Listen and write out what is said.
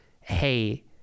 Hey